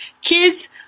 kids